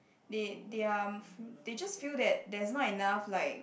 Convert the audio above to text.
they they are they just feel that there's not enough like